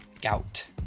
gout